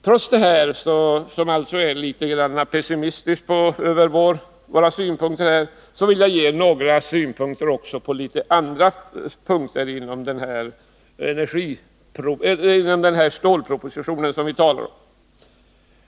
Trots det här litet pessimistiska synsättet vill jag dock ge några synpunkter på andra områden inom den stålproposition som vi talar om.